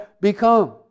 become